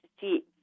see